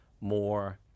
more